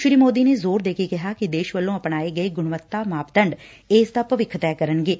ਸ੍ਰੀ ਮੋਦੀ ਨੇ ਜੋਰ ਦੇ ਕੇ ਕਿਹਾ ਕਿ ਦੇਸ਼ ਵੱਲੋਂ ਆਪਣਾਏ ਗਏ ਗੁਣੱਵਤਾ ਮਾਪਦੰਡ ਇਸ ਦਾ ਭਵਿੱਖ ਤੈਅ ਕਰਨਗੇ